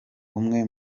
umwe